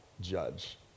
judge